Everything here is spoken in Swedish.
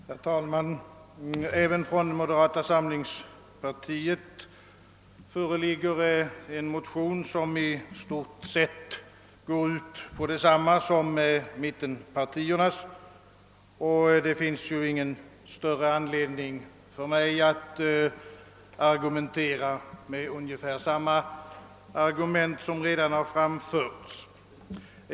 Herr talman! Även från moderata samlingspartiet föreligger en motion, som i stort sett går ut på detsamma som mittenpartiernas. Det finns därför ingen större anledning för mig att lufta ungefär samma argument som redan har framförts.